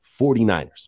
49ers